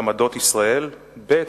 את עמדות ישראל, ב.